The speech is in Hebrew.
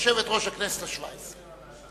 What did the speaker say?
"יושבת-ראש הכנסת השבע-עשרה",